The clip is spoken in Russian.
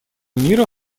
мира